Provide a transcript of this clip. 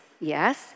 Yes